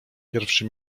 pierwszy